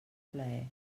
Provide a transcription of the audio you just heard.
plaer